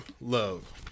Love